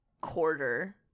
quarter